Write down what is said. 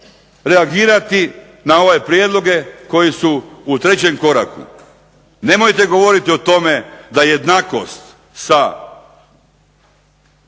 reagirati na ove prijedloge koji su u trećem koraku. Nemojte govoriti o tome da jednakost sa